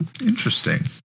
interesting